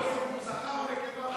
לא הבנתי, זכר או נקבה,